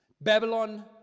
Babylon